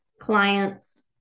clients